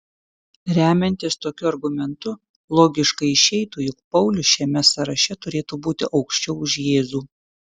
remiantis tokiu argumentu logiškai išeitų jog paulius šiame sąraše turėtų būti aukščiau už jėzų